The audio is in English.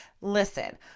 Listen